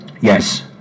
Yes